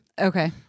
Okay